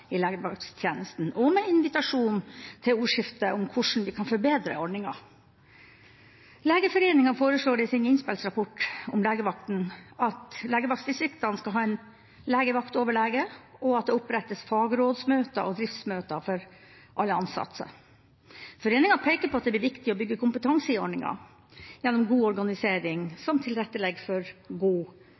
i legevakttjenesten, og med invitasjon til ordskifte om hvordan vi kan forbedre ordninga. Legeforeningen foreslår i sin innspillsrapport om legevaktene at legevaktdistriktene skal ha en legevaktoverlege, og at det opprettes fagrådsmøter og driftsmøter for alle ansatte. Foreninga peker på at det blir viktig å bygge kompetanse i ordninga gjennom god organisering som tilrettelegger for god